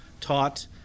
taught